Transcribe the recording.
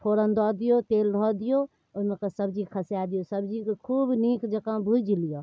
फोरन दऽ दिऔ तेल धऽ दिऔ ओहिमेके सब्जी खासा दिऔ सब्जीके खूब नीक जकाँ भुजि लिअ